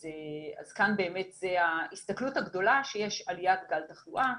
כאן באמת זו ההסתכלות הגדולה שיש עלייה בגל תחלואה.